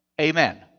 Amen